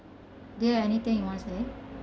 do you have anything you wanna say